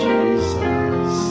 Jesus